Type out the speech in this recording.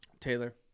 Taylor